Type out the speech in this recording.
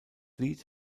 lied